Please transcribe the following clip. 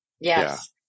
Yes